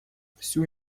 всю